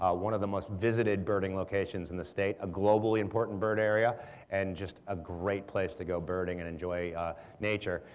ah one of the most visited birding locations in the state. a globally important bird area and just a great place to go birding and enjoy nature.